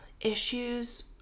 issues